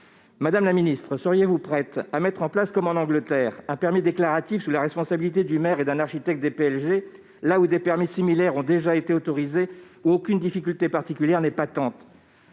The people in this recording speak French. Madame la ministre, seriez-vous prête à mettre en place, comme en Angleterre, un permis déclaratif sous la responsabilité du maire et d'un architecte DPLG, partout où des permis similaires ont déjà été autorisés, ou bien là où aucune difficulté particulière n'est patente ?